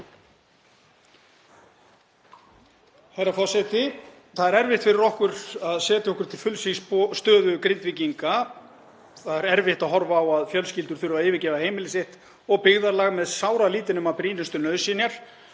Það er erfitt fyrir okkur að setja okkur til fulls í spor Grindvíkinga. Það er erfitt að horfa á að fjölskyldur þurfi að yfirgefa heimili sitt og byggðarlag með sáralítið nema brýnustu nauðsynjar.